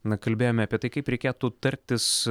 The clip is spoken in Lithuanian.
na kalbėjome apie tai kaip reikėtų tartis